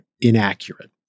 inaccurate